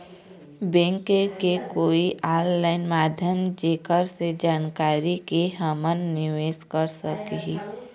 Bank के कोई online माध्यम जेकर से जानकारी के के हमन निवेस कर सकही?